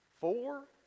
four